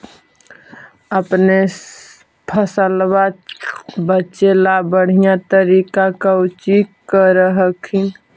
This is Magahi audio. अपने फसलबा बचे ला बढ़िया तरीका कौची कर हखिन?